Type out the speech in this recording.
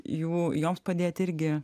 jų joms padėt irgi